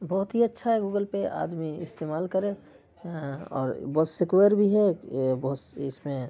بہت ہی اچھا ہے گوگل پے آدمی استعمال کرے اور بہت سیکیور بھی ہے بہت سی اس میں